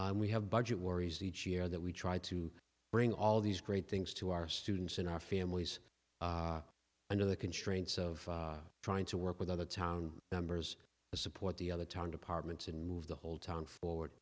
and we have budget worries each year that we try to bring all these great things to our students and our families and to the constraints of trying to work with other town numbers to support the other town departments and move the whole town forward